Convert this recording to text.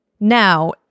Now